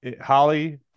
Holly